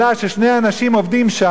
של שני אנשים שעובדים שם,